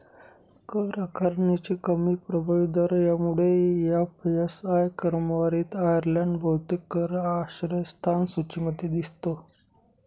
कर आकारणीचे कमी प्रभावी दर यामुळे एफ.एस.आय क्रमवारीत आयर्लंड बहुतेक कर आश्रयस्थान सूचीमध्ये दिसतो